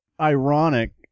ironic